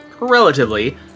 relatively